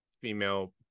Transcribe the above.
female